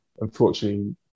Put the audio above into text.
Unfortunately